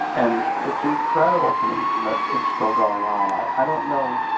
and it's incredible to me that it's still going on. i don't know.